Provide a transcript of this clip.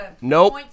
Nope